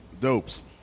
dopes